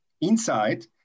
inside